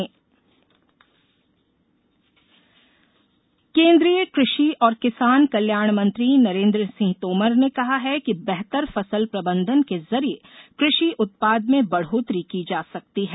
तोमर अपील केन्द्रीय कृषि और किसान कल्याण मंत्री नरेन्द्र सिंह तोमर ने कहा है कि बेहतर फसल प्रबंधन के जरिए कृषि उत्पाद में बढोतरी की जा सकती है